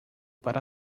para